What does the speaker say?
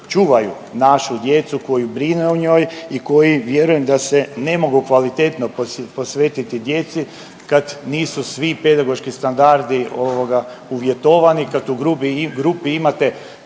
čuvaju našu djecu, koji brinu o njoj i koji, vjerujem da se ne mogu kvalitetno posvetiti djeci kad nisu svi pedagoški standardi uvjetovani, kad u grupi imate